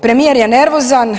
Premijer je nervozan.